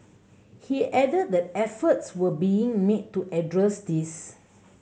he added that efforts were being made to address this